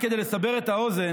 רק כדי לסבר את האוזן,